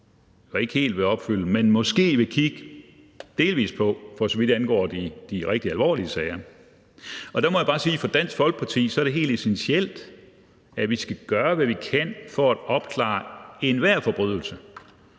ikke helt vil opfylde, men måske vil kigge delvis på, for så vidt angår de rigtig alvorlige sager. Der må jeg bare sige, at for Dansk Folkeparti er det helt essentielt, at vi skal gøre, hvad vi kan, for at opklare enhver forbrydelse,